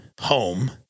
home